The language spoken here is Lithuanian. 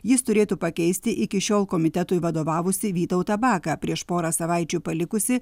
jis turėtų pakeisti iki šiol komitetui vadovavusį vytautą baką prieš porą savaičių palikusį